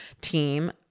team